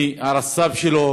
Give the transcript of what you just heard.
מהרס"פ שלו